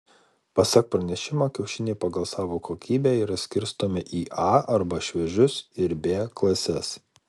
pasak pranešimo kiaušiniai pagal savo kokybę yra skirstomi į a arba šviežius ir b klases